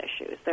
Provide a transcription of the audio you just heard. issues